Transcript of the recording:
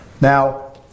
now